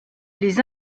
les